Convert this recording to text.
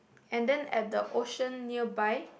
and then at the ocean nearby